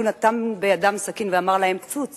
כאילו נתן בידם סכין ואמר להם: צאו,